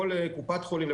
קופת חולים,